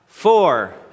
Four